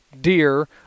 deer